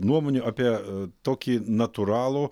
nuomonių apie tokį natūralų